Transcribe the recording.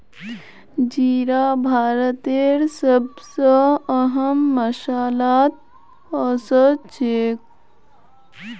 जीरा भारतेर सब स अहम मसालात ओसछेख